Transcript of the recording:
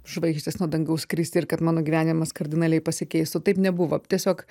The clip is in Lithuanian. žvaigždės nuo dangaus kristi ir kad mano gyvenimas kardinaliai pasikeis taip nebuvo tiesiog